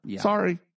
Sorry